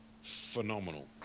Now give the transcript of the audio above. phenomenal